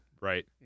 Right